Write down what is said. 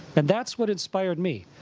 and that's what inspired me.